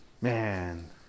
man